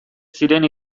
ziren